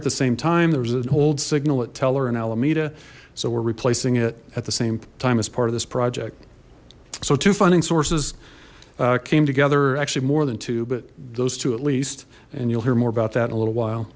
at the same time there was an old signal at teller and alameda so we're replacing it at the same time as part of this project so two funding sources came together actually more than two but those two at least and you'll hear more about that in a little while